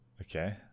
Okay